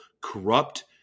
corrupt